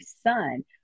son